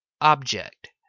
object